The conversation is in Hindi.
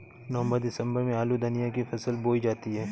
नवम्बर दिसम्बर में आलू धनिया की फसल बोई जाती है?